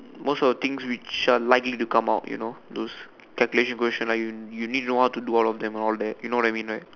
most of the things which are likely to come out you know those calculation question like you you need to know how to do all of them all that you know what I mean right